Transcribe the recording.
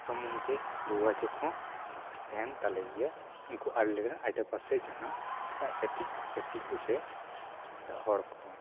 ᱥᱚᱢᱚᱱᱫᱷᱮ ᱡᱳᱜᱟᱡᱳᱜ ᱦᱚᱸ ᱛᱮᱦᱮᱱ ᱛᱟᱞᱮ ᱜᱮᱭᱟ ᱩᱱᱠᱩ ᱟᱞᱮ ᱨᱮᱱ ᱟᱰᱮᱯᱟᱥᱮ ᱡᱟᱦᱟᱸ ᱮᱴᱟᱜ ᱪᱷᱟᱹᱛᱤᱠ ᱡᱟᱹᱛᱤ ᱠᱚ ᱥᱮ ᱮᱴᱟᱜ ᱦᱚᱲ ᱠᱚ